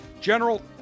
General